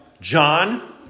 John